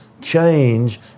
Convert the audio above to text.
change